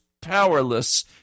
powerless